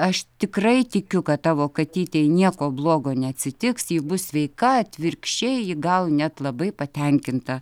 aš tikrai tikiu kad tavo katytei nieko blogo neatsitiks ji bus sveika atvirkščiai ji gal net labai patenkinta